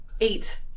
Eight